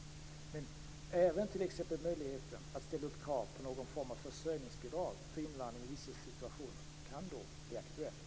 Men även möjligheten att t.ex. ställa krav på någon form av försörjningsbidrag för invandring i vissa situationer kan då bli aktuell.